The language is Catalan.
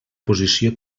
posició